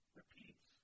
repeats